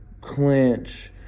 clinch